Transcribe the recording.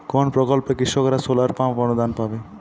কোন প্রকল্পে কৃষকরা সোলার পাম্প অনুদান পাবে?